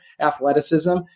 athleticism